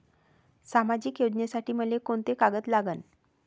सामाजिक योजनेसाठी मले कोंते कागद लागन?